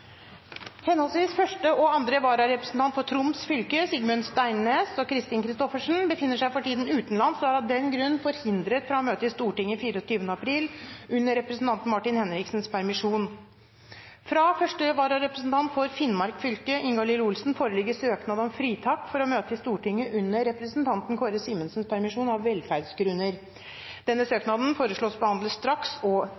Henholdsvis første og andre vararepresentant for Troms fylke, Sigmund Steinnes og Christin Kristoffersen, befinner seg for tiden utenlands og er av den grunn forhindret fra å møte i Stortinget 24. april under representanten Martin Henriksens permisjon. Fra første vararepresentant for Finnmark fylke, Ingalill Olsen, foreligger søknad om fritak for å møte i Stortinget under representanten Kåre Simensens permisjon, av velferdsgrunner.